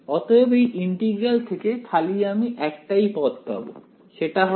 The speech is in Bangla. অতএব এই ইন্টিগ্রাল থেকে খালি আমি একটাই পদ পাবো সেটা হল